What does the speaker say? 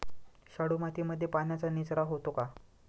शाडू मातीमध्ये पाण्याचा निचरा होतो का?